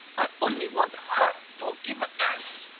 i only want her forgiveness.